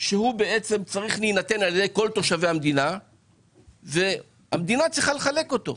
שהוא צריך להינתן על ידי כל תושבי המדינה והמדינה צריכה לחלק אותו.